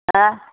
हा